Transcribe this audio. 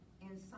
inside